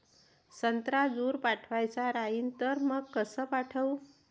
संत्रा दूर पाठवायचा राहिन तर मंग कस पाठवू?